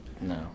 No